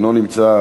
אינו נמצא,